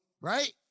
Right